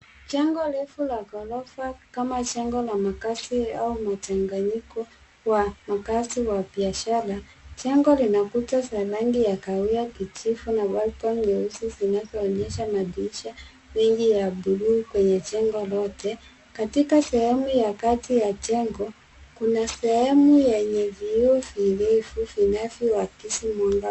Jengo refu la ghorofa kama jengo la makazi au mchanganyiko wa makazi wa biashara. Jengo lina kuta za rangi ya kahawia kijivu na balcon nyeusi zinazoonyesha madirisha mengi ya buluu kwenye jengo lote. Katika sehemu ya kati ya jengo, kuna sehemu yenye vioo virefu vinavyoakisi mwanga.